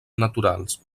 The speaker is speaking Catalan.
naturals